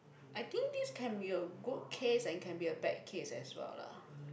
I think this can be a good case and can be a bad case as well lah